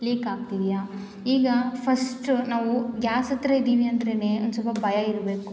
leak ಆಗ್ತಿದೆಯಾ ಈಗ first ನಾವು ಗ್ಯಾಸ್ ಹತ್ರ ಇದ್ದೀವಿ ಅಂದರೇನೇ ಒಂದು ಸ್ವಲ್ಪ ಭಯ ಇರಬೇಕು